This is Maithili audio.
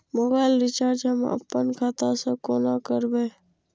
मोबाइल रिचार्ज हम आपन खाता से कोना करबै?